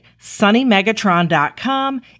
SunnyMegatron.com